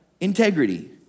integrity